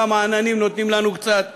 גם עננים נותנים לונו קצת רטיבות,